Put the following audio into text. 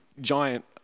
giant